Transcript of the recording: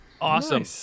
Awesome